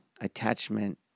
attachment